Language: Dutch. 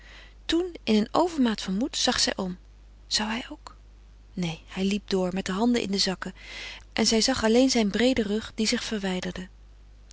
toen in een overmaat van moed zag zij om zou hij ook neen hij liep door met de handen in de zakken en zij zag alleen zijn breeden rug die zich verwijderde